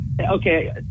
okay